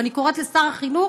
ואני קוראת לשר החינוך